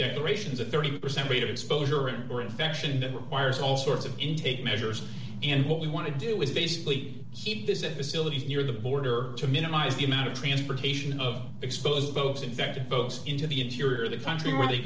declarations of thirty percent rate of exposure and we're infection that requires all sorts of intake measures and what we want to do is basically keep this at disability near the border to minimize the amount of transportation of exposed those infected folks into the interior of the country where they